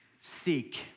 Seek